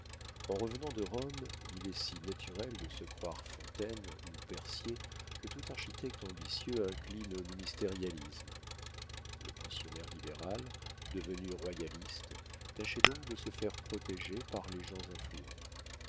en revenant de rome il est si naturel de se croire fontaine ou percier que tout architecte ambitieux incline au ministérialisme le pensionnaire libéral devenu royaliste tâchait donc de se faire protéger par les gens influents